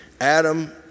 Adam